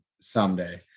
someday